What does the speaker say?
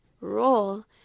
roll